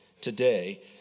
Today